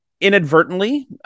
inadvertently